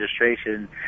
registration